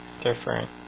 different